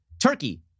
Turkey